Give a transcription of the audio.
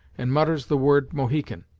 and mutters the word mohican.